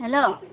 hello